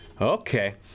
Okay